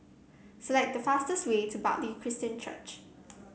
select the fastest way to Bartley Christian Church